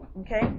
okay